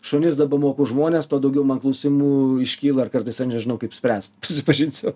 šunis dabar mokau žmones tuo daugiau man klausimų iškyla ir kartais aš nežinau kaip spręst susipažinsiu